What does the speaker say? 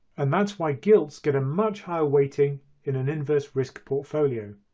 and that's why gilts get a much higher weighting in an inverse risk portfolio.